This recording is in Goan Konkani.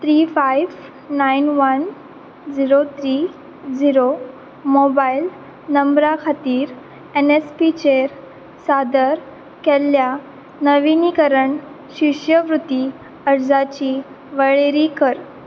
three five nine one zero three zero mobile नंबरा खातीर एनएसपीचेर सादर केल्ल्या नविनीकरण शिश्यवृत्ती अर्जाची वळेरी कर